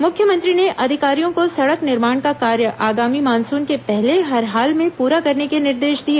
मुख्यमंत्री ने अधिकारियों को सड़क निर्माण का कार्य आगामी मानसून के पहले हर हाल में पूरा करने के निर्देश दिए